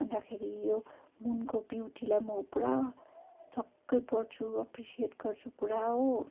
अन्तखेरि यो मुनको ब्युटीलाई म पुरा छक्कै पर्छु एप्रिसियट गर्छु पुरा हो